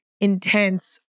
intense